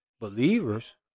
believers